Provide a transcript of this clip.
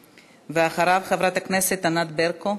ואחריו, חברת הכנסת ענת ברקו.